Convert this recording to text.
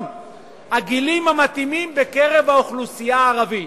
הגילים המתאימים בקרב האוכלוסייה הערבית".